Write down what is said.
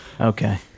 Okay